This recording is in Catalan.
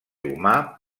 humà